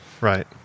Right